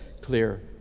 clear